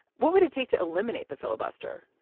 what would it take to eliminate the filibuster